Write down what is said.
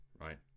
right